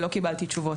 ולא קיבלתי תשובות.